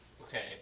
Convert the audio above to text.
Okay